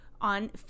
on